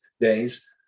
days